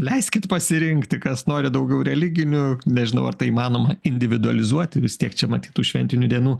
leiskit pasirinkti kas nori daugiau religinių nežinau ar tai įmanoma individualizuoti vis tiek čia matyt tų šventinių dienų